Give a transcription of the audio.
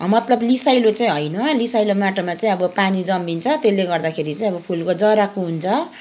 मतलब लिसाइलो चाहिँ होइन लिसाइलो माटोमा चाहिँ अब पानी जमिन्छ त्यसले गर्दाखेरि चाहिँ फुलको जरा कुहिन्छ